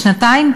שנתיים.